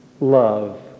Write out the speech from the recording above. Love